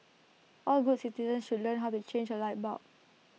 all good citizens should learn how to change A light bulb